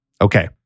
Okay